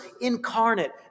incarnate